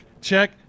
check